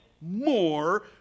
more